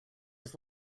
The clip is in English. his